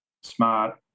smart